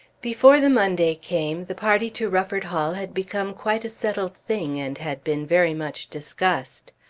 before the monday came the party to rufford hall had become quite a settled thing and had been very much discussed.